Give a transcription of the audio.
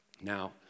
Now